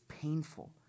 painful